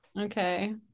Okay